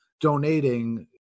donating